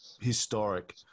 historic